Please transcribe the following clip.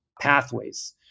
pathways